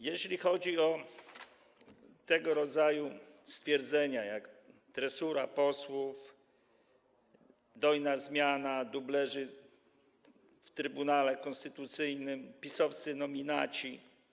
Jeśli chodzi o tego rodzaju stwierdzenia jak „tresura posłów”, „dojna zmiana”, „dublerzy w Trybunale Konstytucyjnym”, „PiS-owscy nominaci”